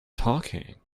talking